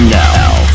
now